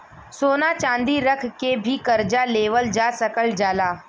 सोना चांदी रख के भी करजा लेवल जा सकल जाला